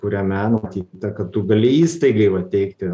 kuriame numatyta kad tu gali įstaigai va teikti